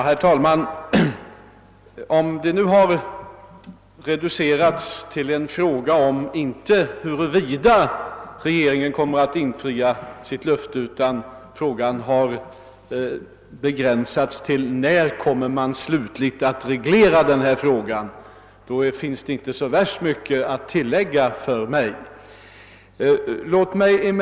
Herr talman! Om frågan alltså har reducerats till att inte gälla huruvida regeringen kommer att infria sitt löfte utan i stället avse den tidpunkt när saken slutligt skall ha reglerats, återstår det inte särskilt mycket för mig att säga.